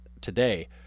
today